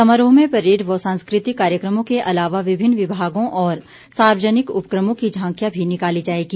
समारोह में परेड व सांस्कृतिक कार्यक्रमों के अलावा विभिन्न विभागों और सार्वजनिक उपक्रमों की झांकियां भी निकाली जाएगी